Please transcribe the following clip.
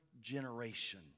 generation